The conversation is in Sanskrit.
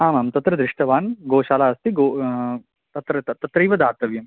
आमाम् तत्र दृष्टवान् गोशालास्ति गो तत्र तत्रैव दातव्यम्